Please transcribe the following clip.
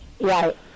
Right